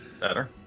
Better